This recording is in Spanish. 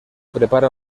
prepara